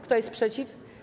Kto jest przeciw?